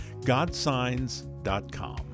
godsigns.com